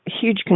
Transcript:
huge